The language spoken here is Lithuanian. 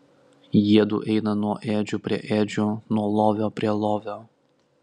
jiedu eina nuo ėdžių prie ėdžių nuo lovio prie lovio